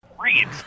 read